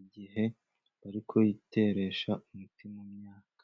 igihe bari kuyiteresha umuti mu myaka.